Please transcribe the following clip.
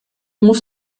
muss